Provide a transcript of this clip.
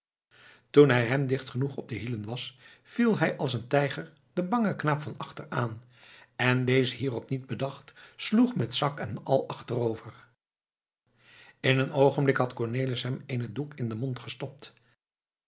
toen hij hem dicht genoeg op de hielen was viel hij als een tijger den bangen knaap van achter aan en deze hierop niet bedacht sloeg met zak en al achterover in een oogenblik had cornelis hem eenen doek in den mond gestopt